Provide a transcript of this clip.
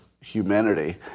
humanity